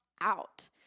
out